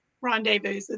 rendezvous